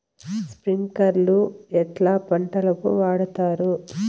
స్ప్రింక్లర్లు ఎట్లా పంటలకు వాడుతారు?